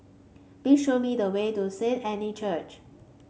please show me the way to Saint Anne Church